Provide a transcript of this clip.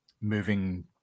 moving